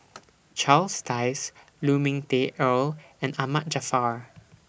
Charles Dyce Lu Ming Teh Earl and Ahmad Jaafar